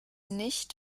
nicht